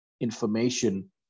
information